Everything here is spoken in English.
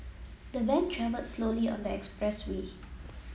the van travelled slowly on the expressway